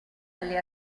alle